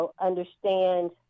understand